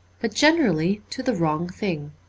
but generally to the wrong thing.